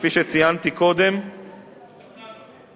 כפי שציינתי קודם, השתכנענו.